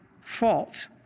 fault